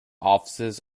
offices